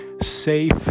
safe